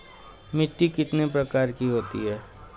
मिट्टी कितने प्रकार की होती हैं?